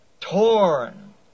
torn